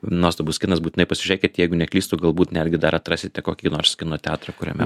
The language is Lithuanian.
nuostabus kinas būtinai pasižiūrėkit jeigu neklystu galbūt netgi dar atrasite kokį nors kino teatrą kuriame